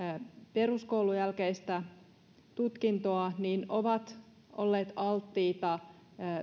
peruskoulun jälkeistä tutkintoa ovat olleet alttiita